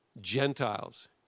Gentiles